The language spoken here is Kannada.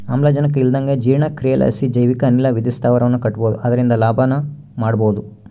ಆಮ್ಲಜನಕ ಇಲ್ಲಂದಗ ಜೀರ್ಣಕ್ರಿಯಿಲಾಸಿ ಜೈವಿಕ ಅನಿಲ ವಿದ್ಯುತ್ ಸ್ಥಾವರವನ್ನ ಕಟ್ಟಬೊದು ಅದರಿಂದ ಲಾಭನ ಮಾಡಬೊಹುದು